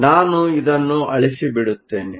ನಾನು ಇದನ್ನು ಅಳಿಸಿಬಿಡುತ್ತೇನೆ